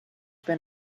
been